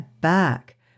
back